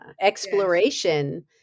exploration